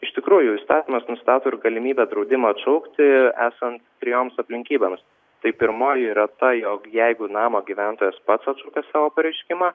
iš tikrųjų įstatymas nustato ir galimybę draudimą atšaukti esant trejoms aplinkybėms tai pirmoji yra ta jog jeigu namo gyventojas pats atšaukia savo pareiškimą